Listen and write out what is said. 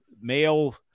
male